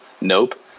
nope